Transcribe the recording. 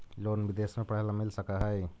Loan विदेश में पढ़ेला मिल सक हइ?